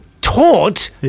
taught